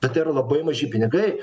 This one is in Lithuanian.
bet tai yra labai maži pinigai